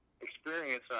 experience